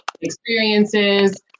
Experiences